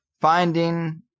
finding